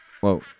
Whoa